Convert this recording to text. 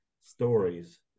stories